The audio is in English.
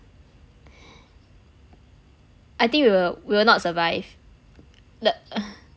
I think we will we will not survive